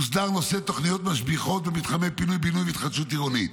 הוסדר נושא תוכניות משביחות במתחמי פינוי ובינוי והתחדשות עירונית.